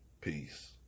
Peace